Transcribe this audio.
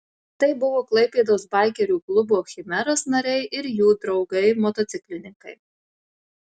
tai buvo klaipėdos baikerių klubo chimeras nariai ir jų draugai motociklininkai